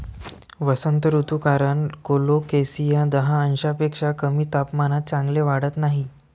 वसंत ऋतू कारण कोलोकेसिया दहा अंशांपेक्षा कमी तापमानात चांगले वाढत नाही